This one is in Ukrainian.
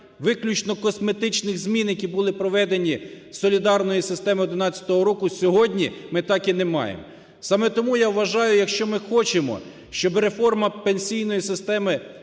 виключно косметичних змін, які були проведені солідарної системи 11-го року, сьогодні ми так і не маємо. Саме тому я вважаю, якщо ми хочемо, щоб реформа пенсійної системи